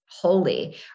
holy